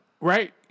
right